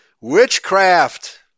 witchcraft